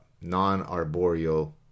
non-arboreal